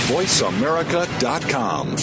VoiceAmerica.com